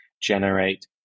generate